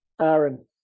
Aaron